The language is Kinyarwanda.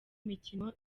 mikino